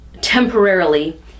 temporarily